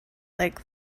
like